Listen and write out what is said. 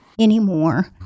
anymore